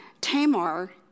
Tamar